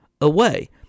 away